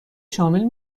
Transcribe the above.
شامل